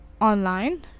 online